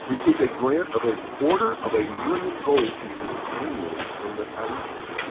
received a grant of a quarter of a million gold pieces annually from the caliph.